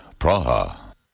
Praha